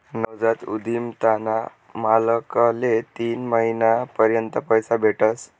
नवजात उधिमताना मालकले तीन महिना पर्यंत पैसा भेटस